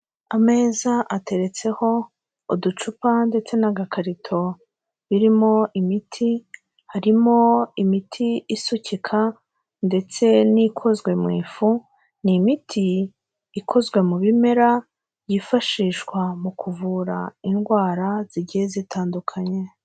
Ameza ateretseho uducupa ndetse n'agakarito birimo imiti, harimo imiti isukika ndetse n'ikozwe mu ifu, ni imiti ikozwe mu bimera yifashishwa mu kuvura indwara zigiye zitandukanye.